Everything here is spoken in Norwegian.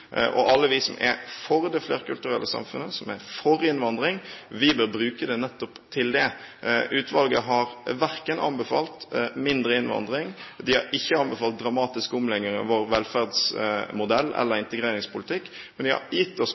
Alle vi som er for det flerkulturelle samfunnet, som er for innvandring, bør bruke det nettopp til det. Utvalget har verken anbefalt mindre innvandring eller dramatisk omlegging av vår velferdsmodell eller integreringspolitikk, men de har gitt oss